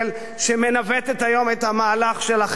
שמנווטת היום את המהלך של החרם,